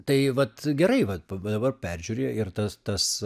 tai vat gerai vat pa dabar peržiūriu ir tas tas